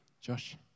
Josh